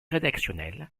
rédactionnelle